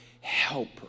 helper